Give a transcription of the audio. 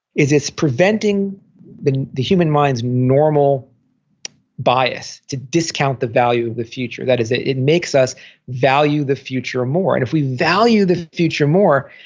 is it's preventing the human human mind's normal bias to discount the value of the future. that is it it makes us value the future more. and if we value the future more,